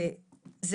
כמו כן,